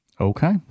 Okay